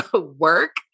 work